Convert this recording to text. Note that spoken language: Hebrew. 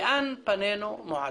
לאן פנינו מועדות?